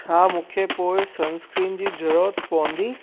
छा मूंखे पोइ सनस्क्रीन जी ज़रूरत पवंदी